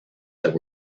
that